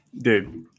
Dude